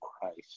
Christ